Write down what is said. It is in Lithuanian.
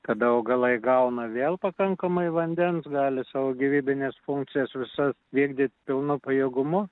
kada augalai gauna vėl pakankamai vandens gali savo gyvybines funkcijas visas vykdyt pilnu pajėgumu